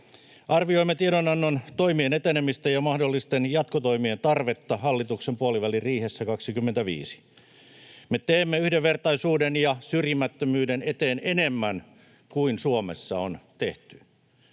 Arvioimme tiedonannon toimien etenemistä ja mahdollisten jatkotoimien tarvetta hallituksen puoliväliriihessä 25. Me teemme yhdenvertaisuuden ja syrjimättömyyden eteen enemmän kuin Suomessa on tehty,